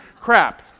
crap